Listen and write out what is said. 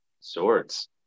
Swords